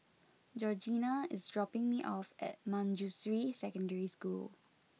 Georgeanna is dropping me off at Manjusri Secondary School